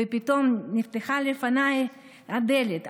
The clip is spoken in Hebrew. ופתאום נפתחה בפניי הדלת,